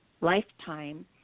lifetime